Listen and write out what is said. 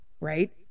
right